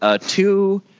two